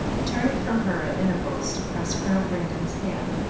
turning from her at intervals to press colonel brandon's hand,